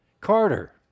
Carter